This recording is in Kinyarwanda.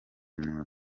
imbogamizi